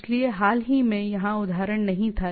इसलिए हाल ही में यहाँ उदाहरण नहीं था